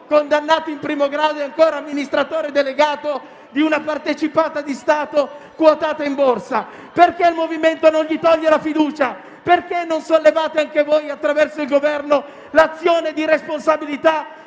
condannato in primo grado, è ancora amministratore delegato di una partecipata di Stato quotata in borsa? Perché il Movimento non gli toglie la fiducia? Perché non sollevate anche voi, attraverso il Governo, l'azione di responsabilità